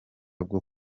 bwo